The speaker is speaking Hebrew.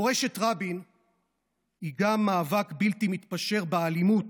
מורשת רבין היא גם מאבק בלתי מתפשר באלימות,